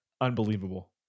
Unbelievable